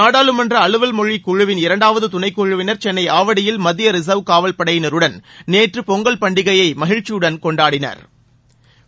நாடாளுமன்ற அலுவல் மொழி குழுவின் இரண்டாவது துணைக் குழுவினர் சென்னை ஆவடியில் மத்திய ரிச்வ் காவல் படையினருடன் நேற்று பொங்கல் பண்டிகையை மகிழ்ச்சியுடன் கொண்டாடினா்